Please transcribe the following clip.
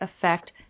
effect